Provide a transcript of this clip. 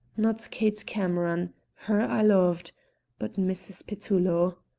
not kate cameron her i loved but mrs. petullo.